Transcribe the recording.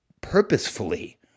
purposefully